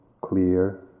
clear